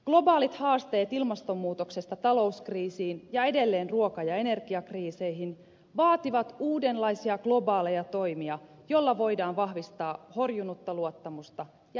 globaalit haasteet ilmastonmuutoksesta talouskriisiin ja edelleen ruoka ja energiakriiseihin vaativat uudenlaisia globaaleja toimia joilla voidaan vahvistaa horjunutta luottamusta ja edistää turvallisuutta